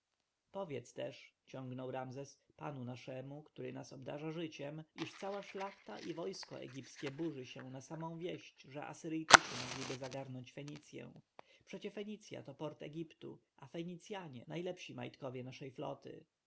powiedz też ciągnął ramzes panu naszemu który nas obdarza życiem iż cała szlachta i wojsko egipskie burzy się na samą wieść że asyryjczycy mogliby zagarnąć fenicję przecież fenicja to port egiptu a fenicjanie najlepsi majtkowie naszej floty